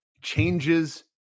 changes